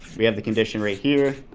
we have the condition right here,